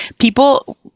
people